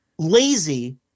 Lazy